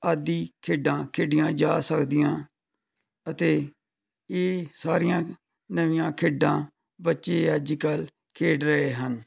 ਆਦਿ ਖੇਡਾਂ ਖੇਡੀਆਂ ਜਾ ਸਕਦੀਆਂ ਅਤੇ ਇਹ ਸਾਰੀਆਂ ਨਵੀਆਂ ਖੇਡਾਂ ਬੱਚੇ ਅੱਜ ਕੱਲ੍ਹ ਖੇਡ ਰਹੇ ਹਨ